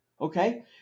okay